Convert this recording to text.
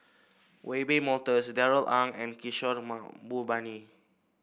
Wiebe Wolters Darrell Ang and Kishore Mahbubani